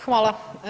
Hvala.